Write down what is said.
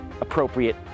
appropriate